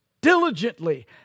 diligently